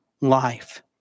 life